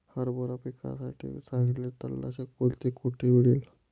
हरभरा पिकासाठी चांगले तणनाशक कोणते, कोठे मिळेल?